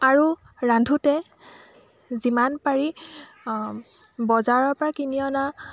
আৰু ৰান্ধোতে যিমান পাৰি বজাৰৰ পৰা কিনি অনা